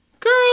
Girl